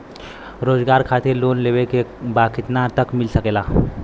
रोजगार खातिर लोन लेवेके बा कितना तक मिल सकेला?